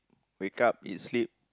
wake up eat sleep